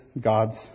God's